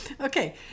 Okay